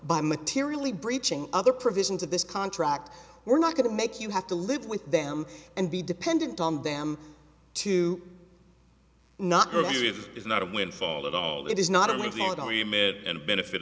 by materially breaching other provisions of this contract we're not going to make you have to live with them and be dependent on them to not give is not a windfall at all it is not